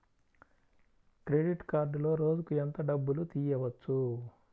Credit కార్డులో రోజుకు ఎంత డబ్బులు తీయవచ్చు?